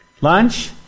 Lunch